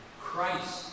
Christ